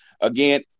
again